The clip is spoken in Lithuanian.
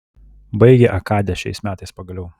baigė akadę šiais metais pagaliau